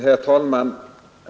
Herr talman!